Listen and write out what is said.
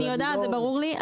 אני יודעת, זה ברור לי.